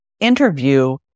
interview